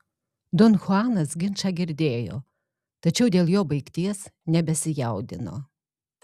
don chuanas ginčą girdėjo tačiau dėl jo baigties nebesijaudino